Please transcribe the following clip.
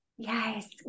Yes